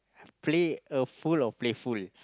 play a fool or playful